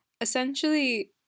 essentially